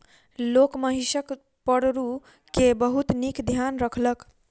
लोक महिषक पड़रू के बहुत नीक ध्यान रखलक